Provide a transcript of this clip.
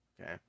Okay